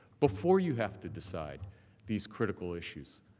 before you have to decide these critical issues.